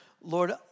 Lord